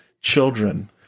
children